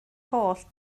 holl